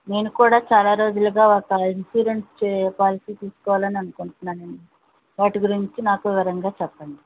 నేను కూడా చాలా రోజులగా ఒక ఇన్సూరెన్స్ పాలసీ తీసుకోవాలి అనుకుంటున్నానండి వాటి గురించి నాకు వివరంగా చెప్పండి